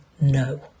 no